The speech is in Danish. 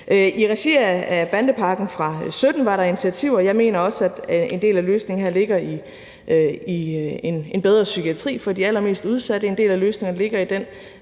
I regi af bandepakken fra 2017 var der initiativer. Jeg mener også, at en del af løsningen her ligger i en bedre psykiatri for de allermest udsatte, og en del af løsningen ligger i de